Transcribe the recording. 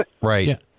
Right